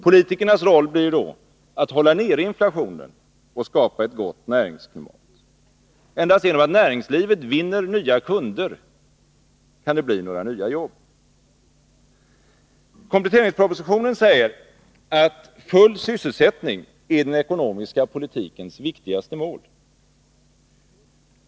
Politikernas roll blir då att hålla nere inflationen och att skapa ett gott näringsklimat. Endast genom att näringslivet vinner nya kunder kan det bli några nya jobb. Kompletteringspropositionen säger att full sysselsättning är den ekonomiska politikens viktigaste mål.